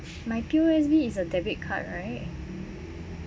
my P_O_S_B is a debit card right